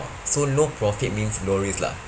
so low profit means low risk lah